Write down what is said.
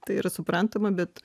tai yra suprantama bet